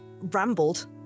rambled